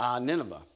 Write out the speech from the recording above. Nineveh